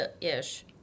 ish